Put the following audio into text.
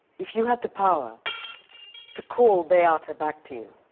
if you had the power to call beata back to you,